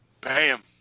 bam